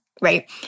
right